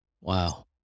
Wow